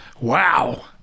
Wow